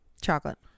chocolate